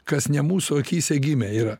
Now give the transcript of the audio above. kas ne mūsų akyse gimę yra